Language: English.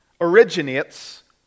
originates